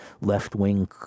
left-wing